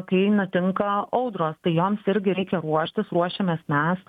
kai nutinka audros tai joms irgi reikia ruoštis ruošiamės mes